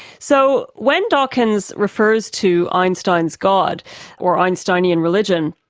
so when dawkins refers to einstein's god or einsteinian religion,